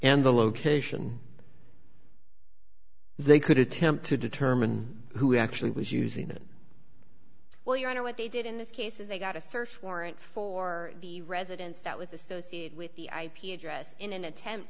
and the location they could attempt to determine who actually was using them well ya know what they did in this case is they got a search warrant for the residence that was associated with the ip address in an attempt